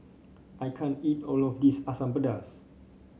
I can't eat all of this Asam Pedas